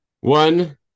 One